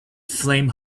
flame